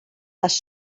les